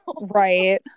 right